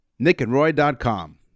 Nickandroy.com